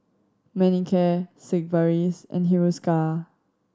Manicare Sigvaris and Hiruscar